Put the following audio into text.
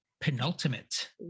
Penultimate